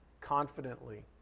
confidently